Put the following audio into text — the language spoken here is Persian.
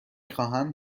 خواهم